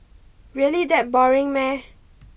really that boring meh